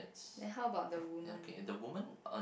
and how about the woman